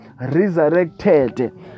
resurrected